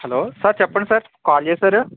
hello sir చెప్పండి sir call చేశారు